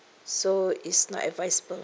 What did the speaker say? so it's not advisable